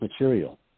material